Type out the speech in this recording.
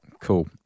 Cool